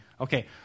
Okay